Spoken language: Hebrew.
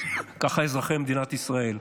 ככה אזרחי מדינת ישראל.